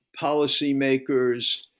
policymakers